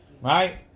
Right